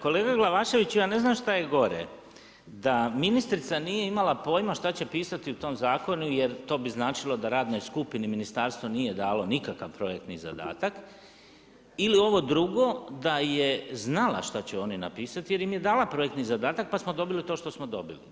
Kolega Glavaševiću ja ne znam šta je gore, da ministrica nije imala pojma šta će pisati u tom zakonu jer to bi značilo da radnoj skupini ministarstva nije dalo nikakav projektni zadatak ili ovo drugo da je znala šta će oni napisati jer im je dala projektni zadatak pa smo dobili to što smo dobili.